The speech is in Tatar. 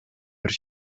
бер